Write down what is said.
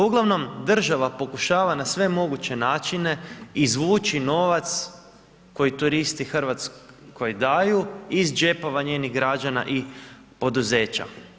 Uglavnom, država pokušava na sve moguće načine izvući novac koji turisti daju iz džepova njenih građana i poduzeća.